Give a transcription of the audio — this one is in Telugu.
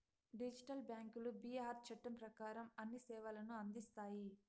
డిజిటల్ బ్యాంకులు బీఆర్ చట్టం ప్రకారం అన్ని సేవలను అందిస్తాయి